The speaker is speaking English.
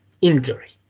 injury